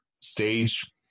stage